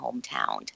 hometown